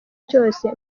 cyose